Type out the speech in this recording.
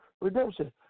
redemption